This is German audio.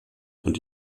und